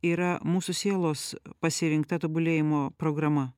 yra mūsų sielos pasirinkta tobulėjimo programa